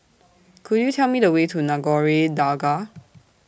Could YOU Tell Me The Way to Nagore Dargah